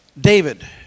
David